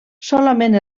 solament